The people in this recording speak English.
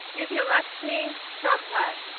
divyalakshmi sampath but